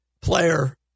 player